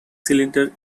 cylinder